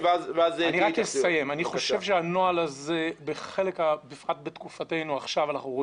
אני אאפשר לחבר הכנסת חסיד ואז יהיו התייחסויות.